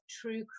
true